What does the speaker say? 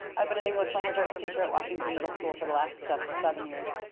i've been an english-language arts teacher at washington middle school for the last ah seven years.